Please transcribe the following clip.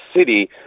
city